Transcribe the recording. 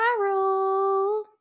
viral